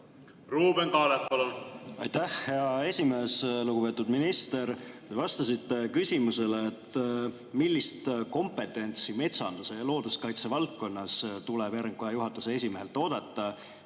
Aitäh, hea esimees! Lugupeetud minister! Vastasite küsimusele, millist kompetentsi metsanduse ja looduskaitse valdkonnas tuleb RMK juhatuse esimehelt oodata.